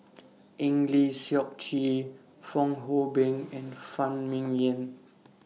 Eng Lee Seok Chee Fong Hoe Beng and Phan Ming Yen